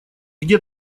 где